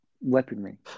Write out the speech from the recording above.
Weaponry